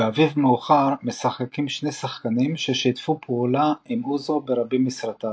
ב"אביב מאוחר" משחקים שני שחקנים ששיתפו פעולה עם אוזו ברבים מסרטיו.